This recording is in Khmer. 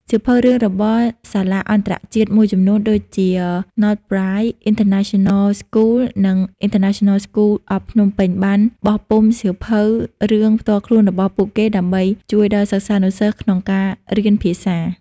សៀវភៅរឿងរបស់ សាលាអន្តរជាតិ មួយចំនួនដូចជា Northbridge International School និង International School of Phnom Penh បានបោះពុម្ពសៀវភៅរឿងផ្ទាល់ខ្លួនរបស់ពួកគេ ដើម្បីជួយដល់សិស្សានុសិស្សក្នុងការរៀនភាសា។